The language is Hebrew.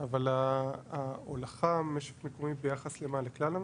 אבל ההולכה, ביחס למה לכלל המשק?